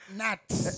nuts